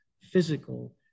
physical